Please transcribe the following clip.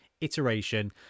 iteration